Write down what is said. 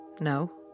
No